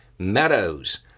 Meadows